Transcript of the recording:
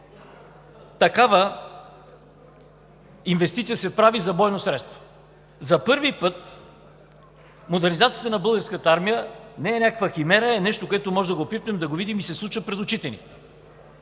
такава инвестиция за бойно средство; за първи път модернизацията на Българската армия не е някаква химера, а нещо, което можем да го пипнем, да го видим, и се случва пред очите ни;